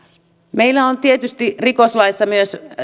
meillä on tietysti rikoslaissa myös